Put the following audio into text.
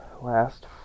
last